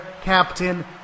captain